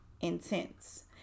intense